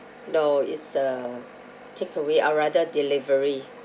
no it's a takeaway or rather delivery